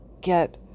get